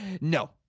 No